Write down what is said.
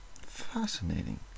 Fascinating